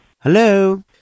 Hello